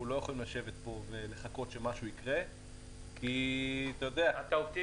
אנחנו לא יכולים לשבת פה ולחכות שמשהו יקרה --- אתה אופטימי?